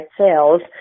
Sales